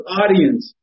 audience